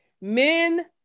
men